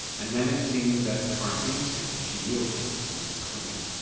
and then it seemed that for an instant she yielded and was clinging.